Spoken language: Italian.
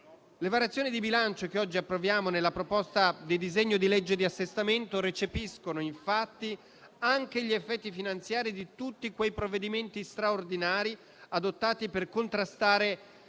Le variazioni di bilancio che oggi approviamo nella proposta di disegno di legge di assestamento recepiscono infatti anche gli effetti finanziari di tutti quei provvedimenti straordinari adottati per contrastare